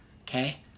Okay